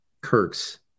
Kirk's